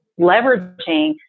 leveraging